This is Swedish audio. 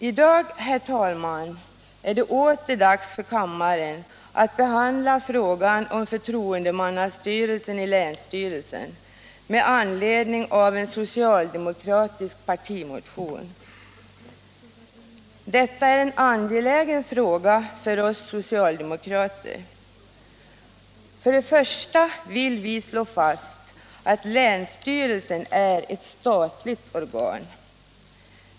I dag, herr talman, är det åter dags för kammaren att behandla frågan om förtroendemannastyrelsen i länsstyrelse med anledning av en socialdemokratisk partimotion. Detta är en angelägen fråga för oss socialdemokrater. För det första vill vi slå fast att länsstyrelsen är ett statligt organ.